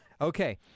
Okay